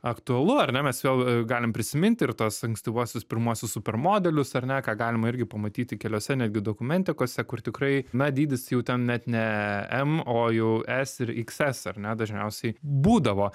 aktualu ar ne mes vėl galim prisiminti ir tuos ankstyvuosius pirmuosius super modelius ar ne ką galima irgi pamatyti keliuose netgi dokumentikose kur tikrai na dydis jau ten net ne m o jau es ir ikses dažniausiai būdavo